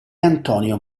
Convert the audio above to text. antonio